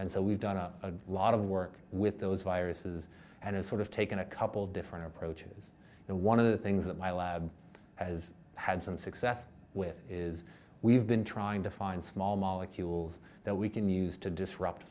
and so we've done a lot of work with those viruses and it's sort of taken a couple different approaches and one of the things that my lab has had some success with is we've been trying to find small molecules that we can use to disrupt